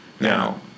now